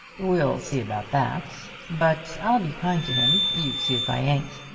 we'll see about that. but i'll be kind to him you see if i ain't.